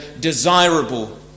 desirable